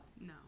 No